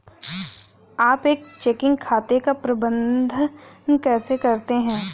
आप एक चेकिंग खाते का प्रबंधन कैसे करते हैं?